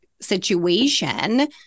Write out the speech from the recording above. situation